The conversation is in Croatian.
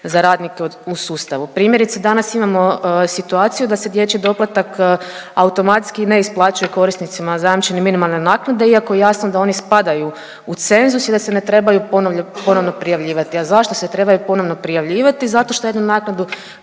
za radnike u sustavu. Primjerice danas imamo situaciju da se dječji doplatak automatski ne isplaćuje korisnicima zajamčene minimalne naknade iako je jasno da oni spadaju u cenzus i da se ne trebaju ponovno prijavljivati. A zašto se trebaju ponovno prijavljivati? Zato što jednu naknadu